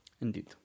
Indeed